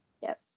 Yes